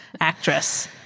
actress